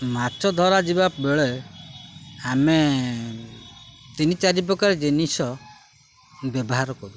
ମାଛ ଧରା ଯିବାବେେଳେ ଆମେ ତିନି ଚାରି ପ୍ରକାର ଜିନିଷ ବ୍ୟବହାର କରୁ